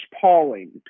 Pauling